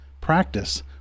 practice